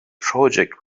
project